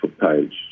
page